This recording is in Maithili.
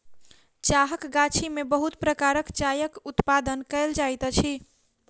चाहक गाछी में बहुत प्रकारक चायक उत्पादन कयल जाइत अछि